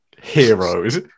heroes